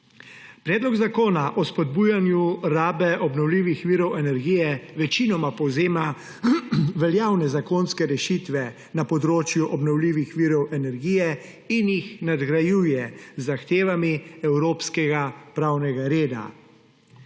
Predlog zakona o spodbujanju rabe obnovljivih virov energije večinoma povzema veljavne zakonske rešitve na področju obnovljivih virov energije in jih nadgrajuje z zahtevami evropskega pravnega reda.